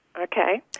okay